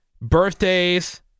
birthdays